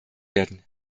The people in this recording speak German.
werden